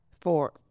four